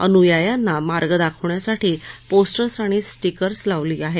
अनुयायांना मार्ग दाखवण्यासाठी पोस्टर्स आणि स्टीकर्स लावली आहेत